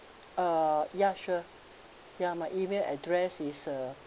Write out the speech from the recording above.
uh ya sure ya my email address is uh